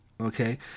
Okay